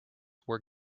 were